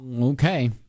Okay